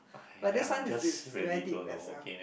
but this one is is very deep as well